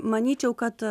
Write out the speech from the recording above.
manyčiau kad